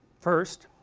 first